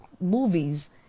movies